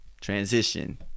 transition